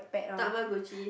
Tamagotchi